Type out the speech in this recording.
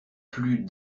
plus